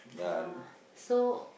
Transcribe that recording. ah so